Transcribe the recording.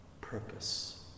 Purpose